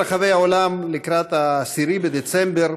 שמצוין ברחבי העולם לקראת 10 בדצמבר,